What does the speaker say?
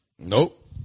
Nope